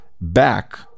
back